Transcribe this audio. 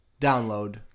download